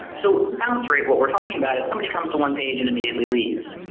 so bounce rate, what we are talking about is somebody comes to one page and immediately leaves.